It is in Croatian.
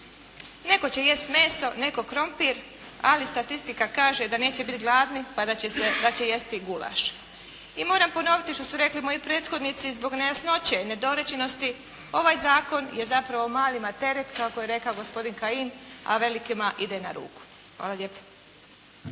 Netko će jesti meso, netko krumpir ali statistika kaže da neće biti gladni pa da će jesti gulaš. I moram ponoviti što su rekli moji prethodnici zbog nejasnoće i nedorečenosti ovaj zakon je zapravo malima teret kako je rekao gospodin Kajin, a velikima ide na ruku. Hvala lijepo.